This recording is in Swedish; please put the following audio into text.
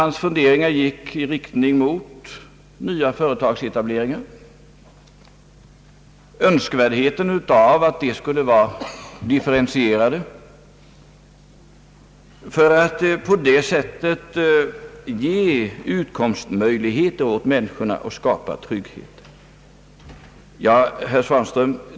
Hans funderingar gick i riktning mot nya företagsetableringar och önskvärdheten av att dessa skulle vara differentierade för att kunna ge utkomstmöjligheter och trygghet åt människorna.